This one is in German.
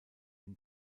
ihn